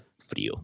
frío